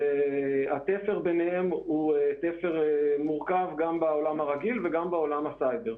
הקשר ביניהם הוא מורכב גם בעולם הכללי וגם בעולם הסייבר.